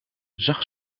zag